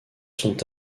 sont